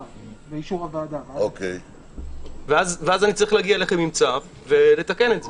אני צריך להגיע אליכם עם צו ולתקן את זה.